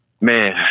Man